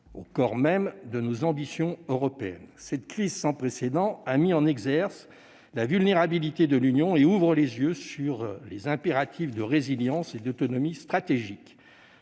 au coeur même de nos ambitions européennes. Cette crise sans précédent a mis en exergue la vulnérabilité de l'Union et ouvre les yeux sur les impératifs de résilience et d'autonomie stratégique.